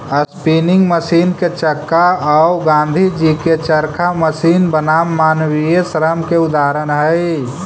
spinning machine के चक्का औ गाँधीजी के चरखा मशीन बनाम मानवीय श्रम के उदाहरण हई